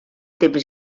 temps